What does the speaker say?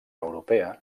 europea